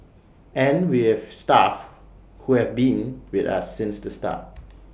and we have staff who have been with us since the start